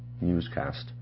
newscast